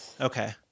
okay